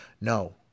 No